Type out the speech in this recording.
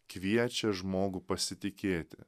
kviečia žmogų pasitikėti